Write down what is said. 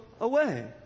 away